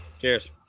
Cheers